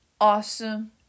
awesome